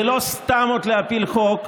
זה לא סתם להפיל עוד חוק,